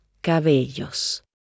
cabellos